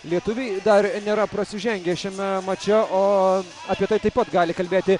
lietuviai dar nėra prasižengę šiame mače o apie tai taip pat gali kalbėti